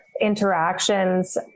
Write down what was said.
interactions